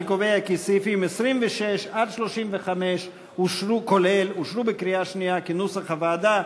אני קובע כי סעיפים 26 35 אושרו בקריאה שנייה כנוסח הוועדה.